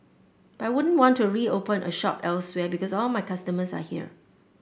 but I wouldn't want to reopen a shop elsewhere because all my customers are here